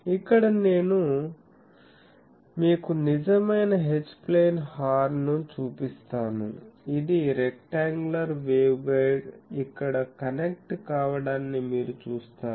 ఇక్కడ నేను మీకు నిజమైన H ప్లేన్ హార్న్ ను చూపిస్తాను ఇది రెక్టాoగులార్ వేవ్గైడ్ ఇక్కడ కనెక్ట్ కావడాన్ని మీరు చూస్తారు